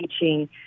teaching